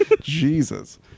Jesus